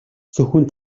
зөвхөн